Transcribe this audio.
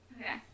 Okay